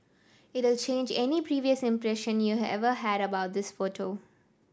it change any previous impression you ever had about this photo